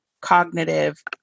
cognitive